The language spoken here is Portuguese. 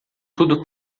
tudo